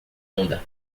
onda